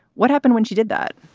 what happened when she did that?